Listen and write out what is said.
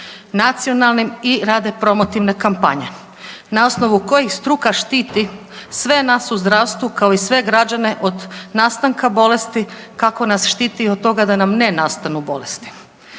nacionalnim i rade promotivne kampanje na osnovu kojih struka štiti sve nas u zdravstvu kao i sve građane od nastanka bolesti kako nas štiti od toga da nam ne nastanu bolesti.